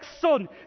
son